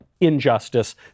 injustice